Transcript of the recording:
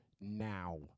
now